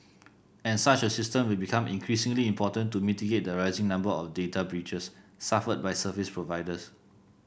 and such a system will become increasingly important to mitigate the rising number of data breaches suffered by service providers